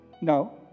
No